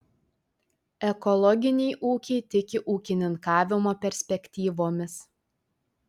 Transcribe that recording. ekologiniai ūkiai tiki ūkininkavimo perspektyvomis